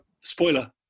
Spoiler